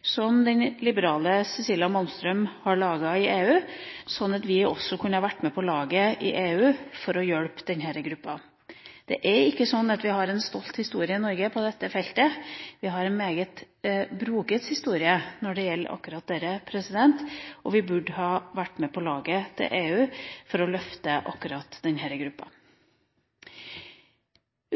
som den liberale Cecilia Malmström har laget i EU, slik at vi også kunne vært med på laget til EU for å hjelpe denne gruppa. Det er ikke slik at vi har en stolt historie i Norge på dette feltet; vi har en meget broket historie når det gjelder akkurat dette. Vi burde ha vært med på laget til EU for å løfte akkurat denne gruppa.